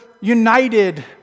united